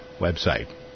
website